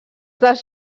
dels